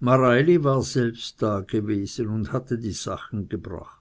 mareili war selbst dagewesen und hatte die sachen gebracht